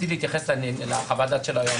אנחנו רוצים להתייחס לחוות הדעת של היועמ"ש.